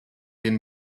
den